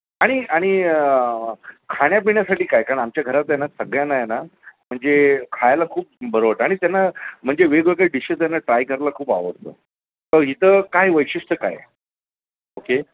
आणि आणि खाण्यापिण्यासाठी काय कारण आमच्या घरात आहे ना सगळ्यांना आहे ना म्हणजे खायला खूप बरं वाटतं आणि त्यांना म्हणजे वेगवेगळे डिशेस त्यांना ट्राय करायला खूप आवडतं मग इथं काय वैशिष्ट्य काय ओके